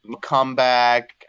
comeback